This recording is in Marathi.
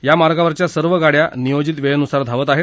या मार्गावरील सर्व गाड्या नियोजित वेळेनुसार धावत आहेत